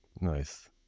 Nice